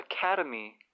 Academy